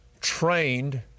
trained